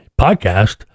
podcast